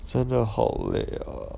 真的好累哦